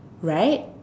right